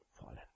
Fallen